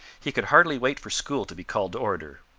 he could hardly wait for school to be called to order.